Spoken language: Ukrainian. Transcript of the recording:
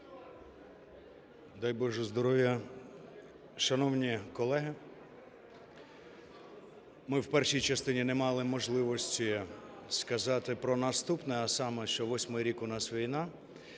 Дай, Боже, здоров'я! Шановні колеги, ми в першій частині не мали можливості сказати про наступне, а саме: що восьмий рік у нас війна,